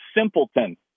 simpleton